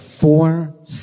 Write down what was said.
four